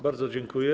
Bardzo dziękuję.